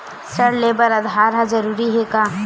ऋण ले बर आधार ह जरूरी हे का?